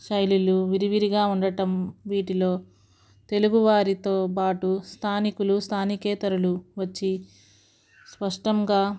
శైలిలు విరివిరిగా ఉండటం వీటిలో తెలుగువారితో పాటు స్థానికులు స్థానికేతరులు వచ్చి స్పష్టంగా